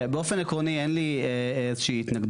כן, באופן עקרוני, אין לי איזושהי התנגדות.